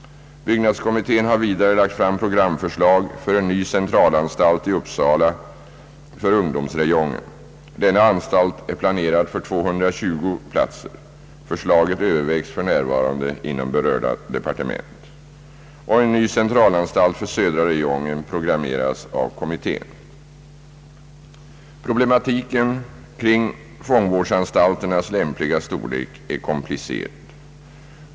Byggnadskommittén har vidare lagt fram programförslag för en ny centralanstalt i Uppsala för ungdomsräjongen. Denna anstalt är planerad för 220 platser. Förslaget övervägs f. n. inom berörda departement. En ny centralanstalt för södra räjongen programmeras av kommittén. Problematiken kring fångvårdsanstalternas lämpliga storlek är komplicerad.